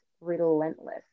relentless